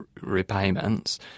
repayments